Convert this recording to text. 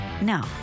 No